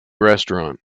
restaurant